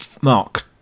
Mark